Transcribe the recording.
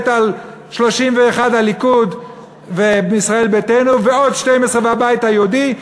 על 31 מהליכוד וישראל ביתנו ועוד 12 מהבית היהודי,